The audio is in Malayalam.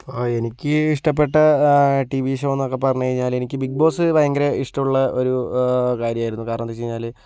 ഇപ്പോൾ എനിക്ക് ഇഷ്ടപ്പെട്ട ടി വി ഷോ എന്നൊക്കെ പറഞ്ഞു കഴിഞ്ഞാൽ എനിക്ക് ബിഗ് ബോസ് ഭയങ്കര ഇഷ്ടമുള്ള ഒരു കാര്യമായിരുന്നു കാരണം എന്തെന്ന് വെച്ചാല്